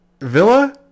Villa